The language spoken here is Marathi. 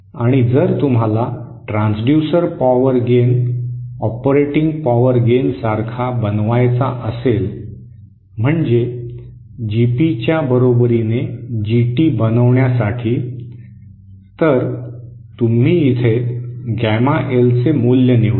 आणि जर तुम्हाला transducer power gain operating power gain सारखा बनवायचा असेल म्हणजे जीपीच्या बरोबरीने जीटी बनवण्यासाठी तर तुम्ही इथे गॅमा एल चे मूल्य निवडा